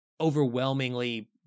overwhelmingly